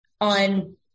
on